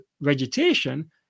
vegetation